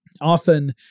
often